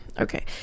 okay